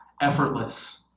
effortless